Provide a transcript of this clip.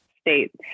states